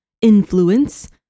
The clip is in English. influence